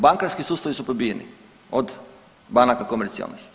Bankarski sustavi su probijeni od banaka komercijalnih.